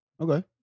Okay